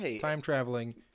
time-traveling